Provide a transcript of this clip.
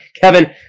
Kevin